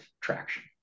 traction